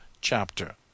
chapter